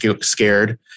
scared